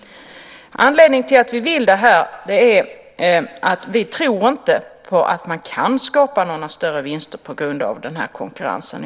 Anledningen till att vi vill detta är att vi inte tror att man kan skapa några större vinster på grund av konkurrensen.